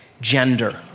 gender